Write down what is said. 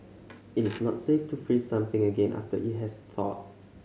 it is not safe to freeze something again after it has thawed